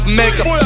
makeup